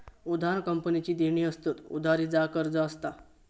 उधार कंपनीची देणी असतत, उधारी चा कर्ज असता